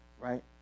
right